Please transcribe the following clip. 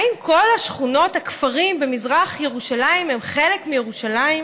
האם כל השכונות והכפרים במזרח ירושלים הם חלק מירושלים?